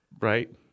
right